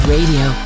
Radio